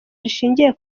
rishingiye